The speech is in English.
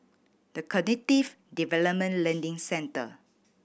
The Cognitive Development Learning Centre